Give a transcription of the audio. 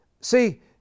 See